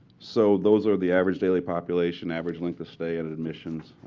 so those are the average daily population, average length of stay at at admissions